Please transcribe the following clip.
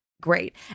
great